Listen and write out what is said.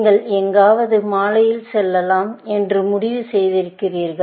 நீங்கள் எங்காவது மாலையில் செல்லலாம் என்று முடிவு செய்தீர்கள்